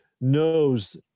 knows